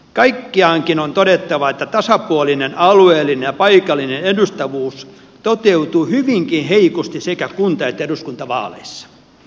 kaikkiaankin on todettava että tasapuolinen alueellinen ja paikallinen edustavuus toteutuu hyvinkin heikosti sekä kunta että eduskuntavaaleissa